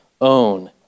own